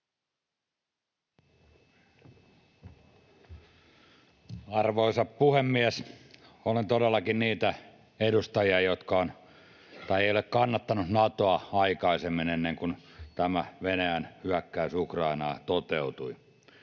Arvoisa puhemies! Olen todellakin niitä edustajia, jotka eivät ole kannattaneet Natoa aikaisemmin, ei ennen kuin tämä Venäjän hyökkäys Ukrainaan toteutui.